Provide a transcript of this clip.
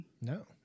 No